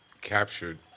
captured